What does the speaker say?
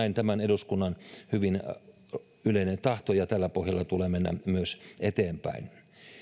näin tämän eduskunnan hyvin yleinen tahto ja tällä pohjalla tulee mennä myös eteenpäin